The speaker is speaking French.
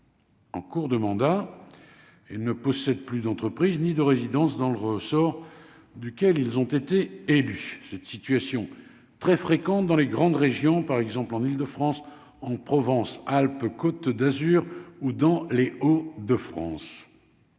En cours de mandat et ne possède plus d'entreprise ni de résidence dans le ressort duquel ils ont été élus, cette situation très fréquente dans les grandes régions par exemple en Île-de-France en Provence Alpes Côte d'Azur ou dans les Hauts de France.